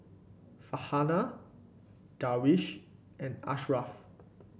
Farhanah Darwish and Ashraf